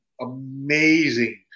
amazing